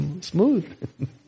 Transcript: smooth